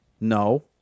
No